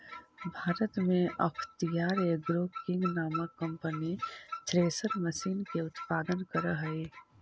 भारत में अख्तियार Agro King नामक कम्पनी थ्रेसर मशीन के उत्पादन करऽ हई